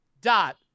dot